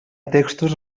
textos